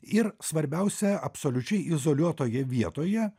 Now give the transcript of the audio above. ir svarbiausia absoliučiai izoliuotoje vietoje